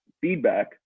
feedback